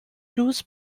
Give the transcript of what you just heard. douze